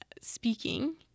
speaking